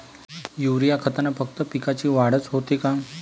Urea खतानं फक्त पिकाची वाढच होते का?